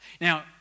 Now